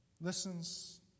listens